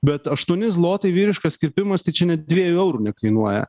bet aštuoni zlotai vyriškas kirpimas tai čia net dviejų eurų nekainuoja